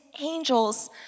angels